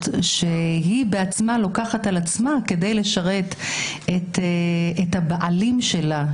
שהיא בעצמה לוקחת על עצמה כדי לשרת את הבעלים שלה,